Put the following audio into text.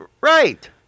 Right